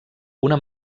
una